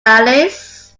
alice